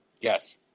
Yes